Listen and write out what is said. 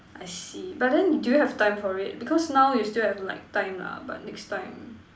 I see but then do you have time for it because now you still have like time ah but next time